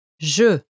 je